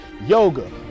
yoga